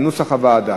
כנוסח הוועדה.